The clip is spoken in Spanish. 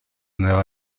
nueva